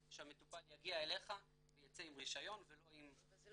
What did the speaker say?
שהמטופל יגיע אליך וייצא עם רישיון ולא עם --- זה עם